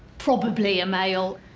probably a male,